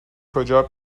کجا